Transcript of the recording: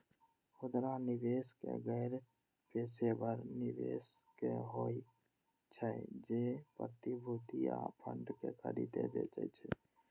खुदरा निवेशक गैर पेशेवर निवेशक होइ छै, जे प्रतिभूति आ फंड कें खरीदै बेचै छै